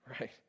Right